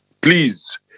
please